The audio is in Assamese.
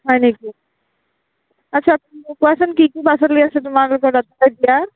হয় নিকি আচ্ছা তুমি মোক কোৱাচোন কি কি পাচলি আছে তোমালোকৰ তাতে এতিয়া